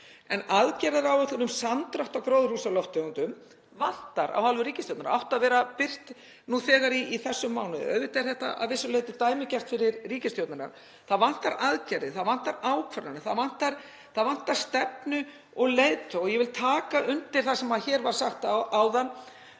en aðgerðaáætlun um samdrátt í gróðurhúsalofttegundum vantar af hálfu ríkisstjórnar og átti að birta nú þegar í þessum mánuði. Auðvitað er þetta að vissu leyti dæmigert fyrir ríkisstjórnina. Það vantar aðgerðir, það vantar ákvarðanir, það vantar stefnu og leiðtoga. Og ég vil taka undir það sem hér var sagt áðan: